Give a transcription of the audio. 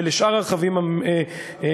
ולשאר הרכבים המנועיים,